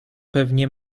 pewnie